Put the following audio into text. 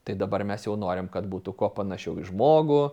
tai dabar mes jau norim kad būtų kuo panašiau į žmogų